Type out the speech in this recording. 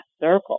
circle